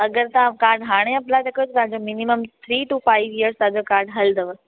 अगरि तव्हां काड हाणे अप्लाय था कयो त minimum three two five years तव्हांजो काड हलंदव